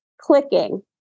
clicking